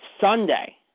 Sunday